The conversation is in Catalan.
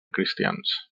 cristians